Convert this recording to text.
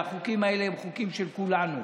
והחוקים האלה הם חוקים של כולנו,